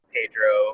Pedro